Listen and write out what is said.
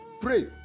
Pray